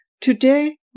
Today